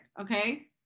okay